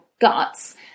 guts